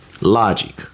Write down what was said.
logic